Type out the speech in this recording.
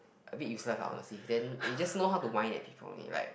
a bit useless lah honestly then it just know how to whine at people only like